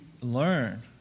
learn